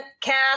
cast